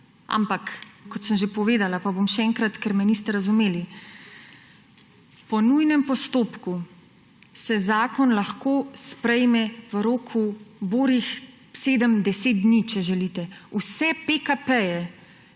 ampak kot sem že povedala, pa bom še enkrat, ker me niste razumeli. Po nujnem postopku se zakon lahko sprejme v roku borih 7, 10 dni, če želite; vse PKP ste